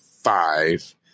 five